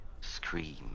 scream